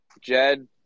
Jed